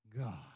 God